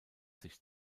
sich